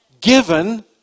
Given